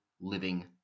living